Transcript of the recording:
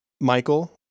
Michael